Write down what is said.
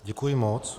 Děkuji moc.